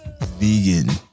vegan